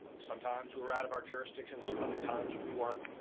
sometimes we were out of our jurisdictions, other times we weren't.